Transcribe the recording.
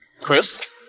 Chris